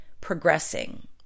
progressing